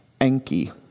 Enki